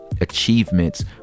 achievements